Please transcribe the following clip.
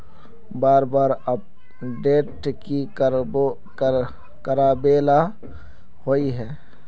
बार बार अपडेट की कराबेला होय है?